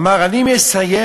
אמר: אני מסייר,